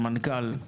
המנכ"ל,